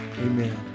Amen